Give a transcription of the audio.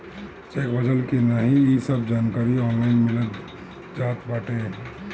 check भजल की नाही इ सबके जानकारी ऑनलाइन मिल जात बाटे